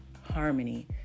harmony